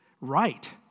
right